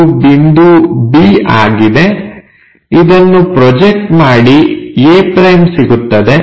ಇದು ಬಿಂದು B ಆಗಿದೆ ಇದನ್ನು ಪ್ರೊಜೆಕ್ಟ್ ಮಾಡಿ a' ಸಿಗುತ್ತದೆ